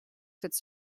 cette